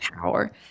power